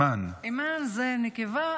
אימאן זה נקבה,